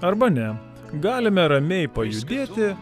arba ne galime ramiai pajudėti